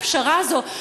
הפשרה הזאת,